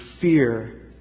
fear